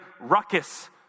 ruckus